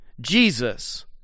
Jesus